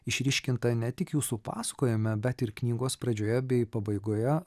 išryškinta ne tik jūsų pasakojime bet ir knygos pradžioje bei pabaigoje